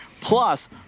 plus